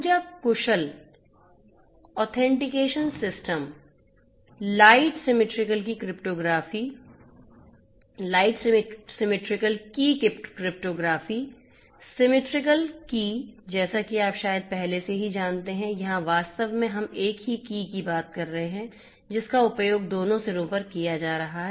ऊर्जा कुशल authentication system light symmetrical की क्रिप्टोग्राफी कहा जाता है